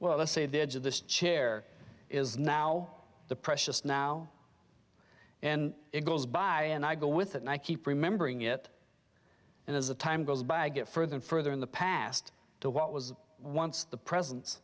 well let's say the edge of this chair is now the precious now and it goes by and i go with it and i keep remembering it and as the time goes by i get further and further in the past to what was once the presence